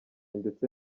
ndetse